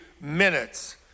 minutes